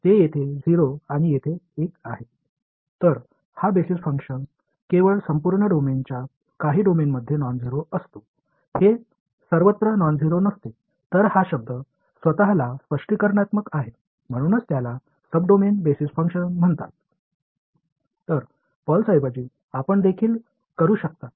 எனவே இந்த அடிப்படை செயல்பாடு ஃபுல்டொமைன் சில டொமைனில் மட்டுமே நான்ஜீரோ அது எல்லா இடங்களிலும் அல்ல அதனால்தான் இந்த வெளிப்பாடு சுய விளக்கமளிக்கிறது அதனால்தான் இது சப் டொமைன் அடிப்படை செயல்பாடு என்று அழைக்கப்படுகிறது